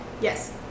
Yes